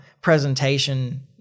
presentation